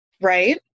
right